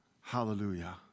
Hallelujah